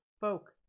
Folk